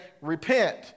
repent